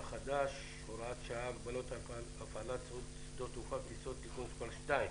החדש (הוראת שעה) (הגבלות על הפעלת שדות תעופה וטיסות) (תיקון מס' 2),